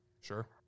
Sure